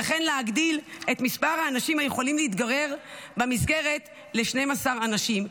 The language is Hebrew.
וכן להגדיל את מספר האנשים היכולים להתגורר במסגרת ל-12 אנשים,